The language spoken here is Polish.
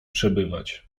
przebywać